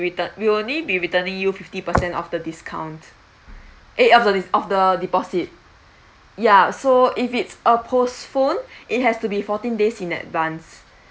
return~ we'll only be returning you fifty percent of the discount eh of the de~ of the deposit ya so if it's a postpone it has to be fourteen days in advance